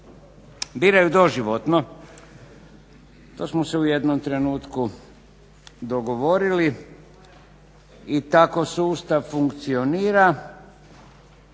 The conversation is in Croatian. biraju doživotno to smo se u jednom trenutku dogovorili i tako sustav funkcionira.